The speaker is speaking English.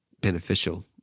beneficial